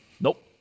Nope